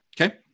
Okay